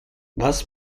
was